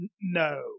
No